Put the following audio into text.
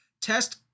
Test